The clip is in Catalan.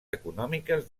econòmiques